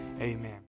Amen